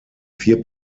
vier